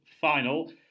final